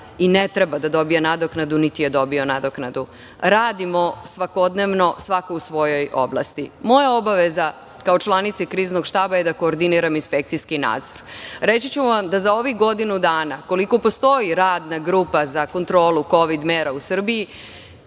i ne treba da dobija nadoknadu, niti je dobio nadoknadu. Radimo svakodnevno, svako u svojoj oblasti. Moja obaveza kao članice Kriznog štaba je da koordiniram inspekcijski nadzor. Reći ću vam da za ovih godinu dana, koliko postoji Radna grupa za kontrolu kovid mera u Srbiji,